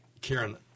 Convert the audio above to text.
Karen